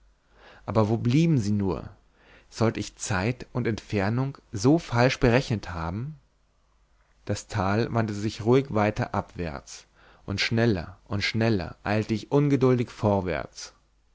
aber wo blieben sie nur sollte ich zeit und entfernung so falsch berechnet haben das tal wandte sich ruhig weiter abwärts und schneller und schneller eilte ich ungeduldig vorwärts